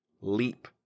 LEAP